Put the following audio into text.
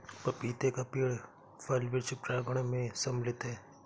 पपीते का पेड़ फल वृक्ष प्रांगण मैं सम्मिलित है